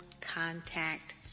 contact